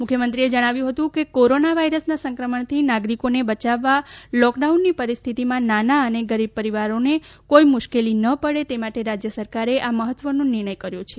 મુખ્ય મંત્રીએ જણાવ્યું હતું કે કોરોના વાયરસના સંક્રમણથી નાગરિકોને બચાવવા લોકડાઉનની પરિસ્થિતિમાં નાના અને ગરીબ પરિવારોને કોઇ મુશ્કેલી ન પડે તે માટે રાજ્ય સરકારે આ મહત્વનો નિર્ણય કર્યો છે